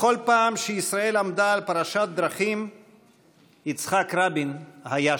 בכל פעם שישראל עמדה על פרשת דרכים יצחק רבין היה שם.